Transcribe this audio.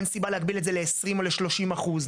אין סיבה להגביל את זה ל-20 או ל-30 אחוז,